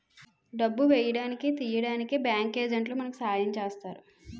డబ్బు వేయడానికి తీయడానికి బ్యాంకు ఏజెంట్లే మనకి సాయం చేస్తారు